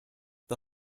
the